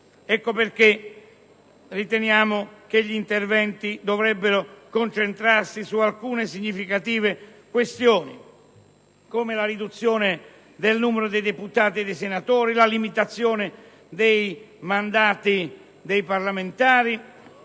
Ecco perché riteniamo che gli interventi dovrebbero concentrarsi su alcune significative questioni, come la riduzione del numero dei deputati e dei senatori, la limitazione dei mandati dei parlamentari,